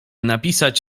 napisać